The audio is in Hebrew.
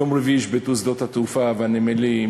ביום רביעי ישבתו שדות התעופה והנמלים.